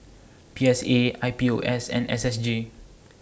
P S A I P O S and S S G